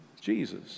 Jesus